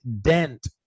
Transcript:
dent